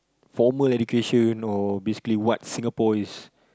formal education or basically what Singapore is